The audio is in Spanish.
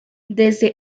desde